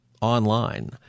online